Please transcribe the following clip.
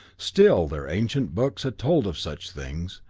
still, their ancient books had told of such things,